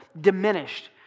diminished